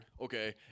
Okay